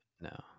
no